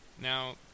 Now